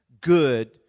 good